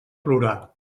plorar